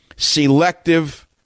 selective